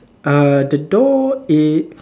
uh the door it